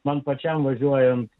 man pačiam važiuojant